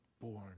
born